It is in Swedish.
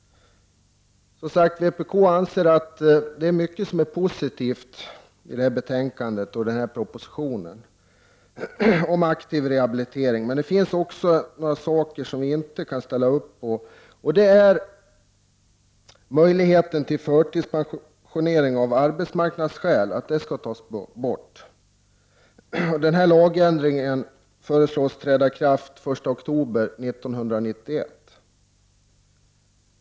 Vpk anser att det finns mycket som är positivt i propositionen om aktiv rehabilitering, men det finns en del saker som vi inte kan ställa upp på, t.ex. att möjligheten till förtidspension av arbetsmarknadsskäl skall tas bort. Lagändringen föreslås träda i kraft den 1 oktober 1991.